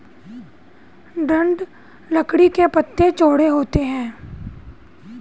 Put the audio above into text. दृढ़ लकड़ी के पत्ते चौड़े होते हैं